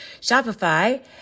Shopify